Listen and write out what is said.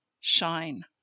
shine